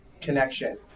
connection